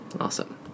Awesome